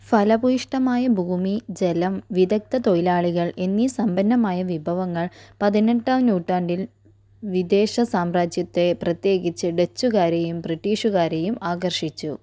ഫലഭൂയിഷ്ഠമായ ഭൂമി ജലം വിദഗ്ധ തൊഴിലാളികൾ എന്നീ സമ്പന്നമായ വിഭവങ്ങൾ പതിനെട്ടാം നൂറ്റാണ്ടിൽ വിദേശ സാമ്രാജ്യത്തെ പ്രത്യേകിച്ച് ഡച്ചുകാരെയും ബ്രിട്ടീഷുകാരെയും ആകർഷിച്ചു